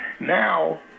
Now